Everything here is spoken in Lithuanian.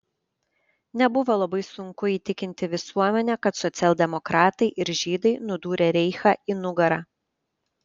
nebuvo labai sunku įtikinti visuomenę kad socialdemokratai ir žydai nudūrė reichą į nugarą